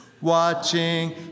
Watching